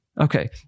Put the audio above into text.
Okay